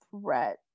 threat